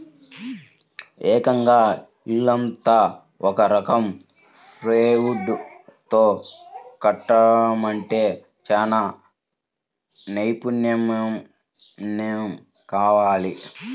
ఏకంగా ఇల్లంతా ఒక రకం ప్లైవుడ్ తో కట్టడమంటే చానా నైపున్నెం కావాలి